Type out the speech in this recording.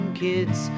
kids